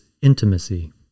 Intimacy